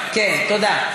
תודה.